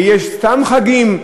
ויש סתם חגים.